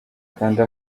kanda